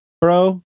bro